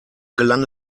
gelang